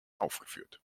aufgeführt